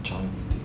cantik